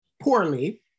poorly